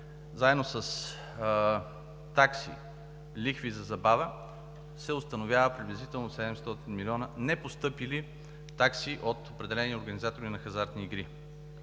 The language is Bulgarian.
заедно с такси, лихви за забава се установява приблизително 700 милиона непостъпили такси от определени организатори на хазартни игри.